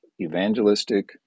evangelistic